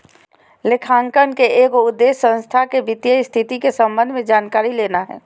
लेखांकन के एगो उद्देश्य संस्था के वित्तीय स्थिति के संबंध में जानकारी लेना हइ